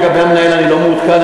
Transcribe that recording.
לגבי המנהל אני לא מעודכן,